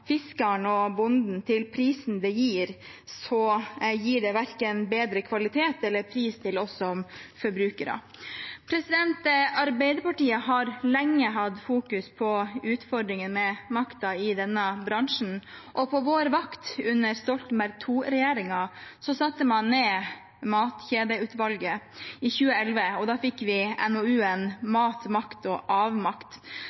og bonden til prisen det gir, gir det verken bedre kvalitet eller pris til oss som forbrukere. Arbeiderpartiet har lenge fokusert på utfordringer med makten i denne bransjen, og på vår vakt, under Stoltenberg II-regjeringen, satte man ned matkjedeutvalget i 2011, og vi fikk NOU-en Mat, makt